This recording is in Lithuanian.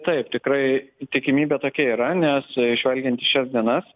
taip tikrai įtikimybė tokia yra nes žvelgiant į šias dienas